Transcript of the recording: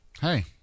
Hey